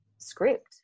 script